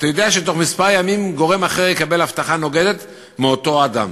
אתה יודע שתוך כמה ימים גורם אחר יקבל הבטחה נוגדת מאותו אדם.